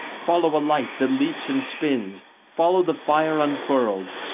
follow a light that leaps and spins, follow the fire unfurled!